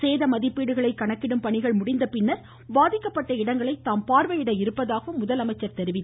சேத மதிப்பீடுகளை கணக்கிடும் பணிகள் முடிந்த பின்னர் பாதிக்கப்பட்ட இடங்களை தாம் பார்வையிட இருப்பதாக முதலமைச்சர் தெரிவித்தார்